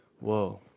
Whoa